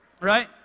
right